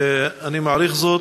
אני מעריך זאת.